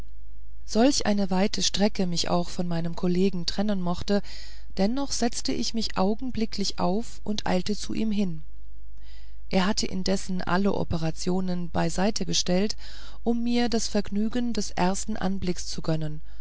solch eine weite strecke mich auch von meinem kollegen trennen mochte dennoch setzte ich mich augenblicklich auf und eilte zu ihm hin er hatte indessen alle operationen beiseite gestellt um mir das vergnügen des ersten anblicks zu gönnen